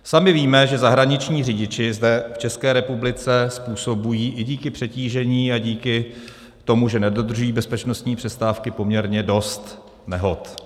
Sami víme, že zahraniční řidiči zde v České republice způsobují i díky přetížení a díky tomu, že nedodržují bezpečnostní přestávky, poměrně dost nehod.